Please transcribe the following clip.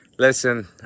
Listen